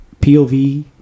pov